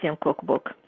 cookbook